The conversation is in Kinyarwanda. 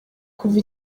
kuva